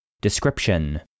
Description